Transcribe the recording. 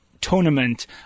Tournament